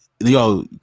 Yo